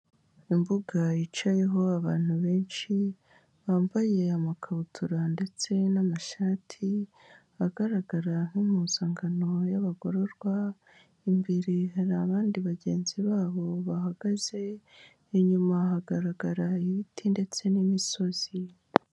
Imbuga yicayeho abantu benshi bambaye amakabutura ndetse n'amashati agaragara nk'impuzankano y'abagororwa, imbere hari abandi bagenzi babo bahagaze, inyuma hagaragara ibiti ndetse n'imisozi.